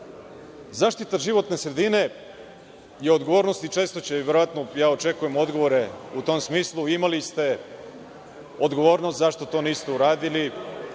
način.Zaštita životne sredine je odgovornost i očekujem odgovore u tom smislu - imali ste odgovornost, zašto to niste uradili?